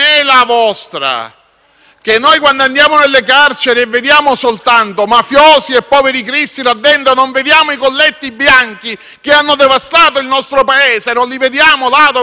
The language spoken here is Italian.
*(M5S)*. Quando andiamo nelle carceri e vediamo soltanto mafiosi e poveri Cristi e non i colletti bianchi che hanno devastato il nostro Paese - non li vediamo là dove dovrebbero stare